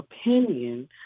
opinion